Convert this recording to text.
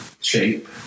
shape